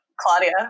Claudia